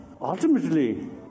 ultimately